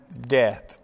death